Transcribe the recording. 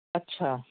ਅੱਛਾ